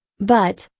but,